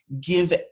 Give